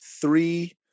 three